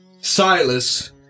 Silas